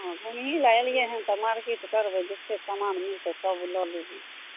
हाँ घुमही लए एलियैहँ तऽ मार्केट करबै जतेक सामान मिलतै सभ लऽ लेबै